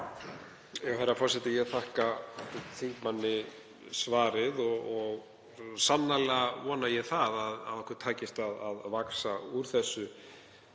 Ég þakka þingmanni svarið. Sannarlega vona ég að okkur takist að vaxa út úr þessum